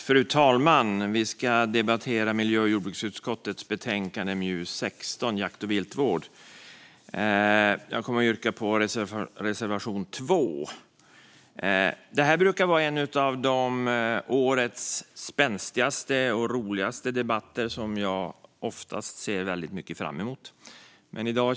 Fru talman! Vi ska debattera miljö och jordbruksutskottets betänkande MJU16 Jakt och viltvård . Jag yrkar bifall till reservation 2. Detta brukar var en av årets spänstigaste och roligaste debatter, och oftast ser jag väldigt mycket fram emot den.